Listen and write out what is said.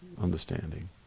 understanding